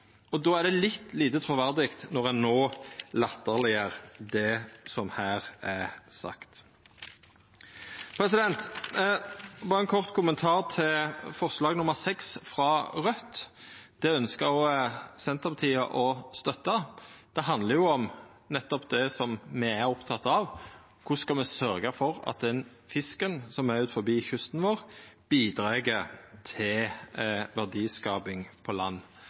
Då er det litt lite truverdig når ein no latterliggjer det som her er sagt. Berre ein kort kommentar til forslag nr. 6, frå Raudt. Det ønskjer Senterpartiet å støtta. Det handlar om nettopp det som me er opptekne av: Korleis skal me sørgja for at den fisken som er utanfor kysten vår, bidreg til verdiskaping på land?